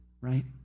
right